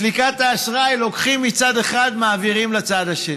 סליקת האשראי, לוקחים מצד אחד, מעבירים לצד השני.